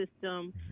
system